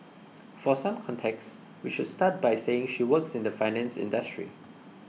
for some context we should start by saying she works in the finance industry